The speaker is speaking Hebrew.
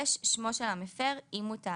שמו של המפר אם הוא תאגיד.